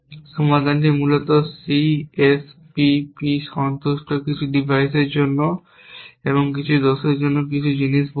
সমাধান মূলত C S P P সন্তুষ্ট কিছু ডিভাইসের জন্য এই দোষের কিছু জিনিস বলবে